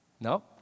No